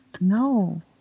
No